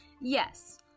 Yes